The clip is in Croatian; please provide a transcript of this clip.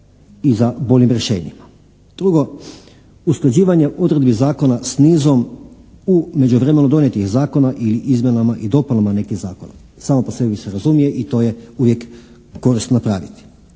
i za boljim rješenjima. Drugo, usklađivanje odredbi zakona s nizom u međuvremenu donijetih zakona i izmjenama i dopunama nekih zakona, samo po sebi se razumije i to je uvijek korisno napraviti.